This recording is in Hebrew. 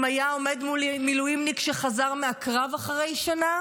היה עומד מולי מילואימניק שחזר מהקרב אחרי שנה